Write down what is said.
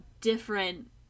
different